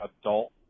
adult